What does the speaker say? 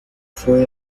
fue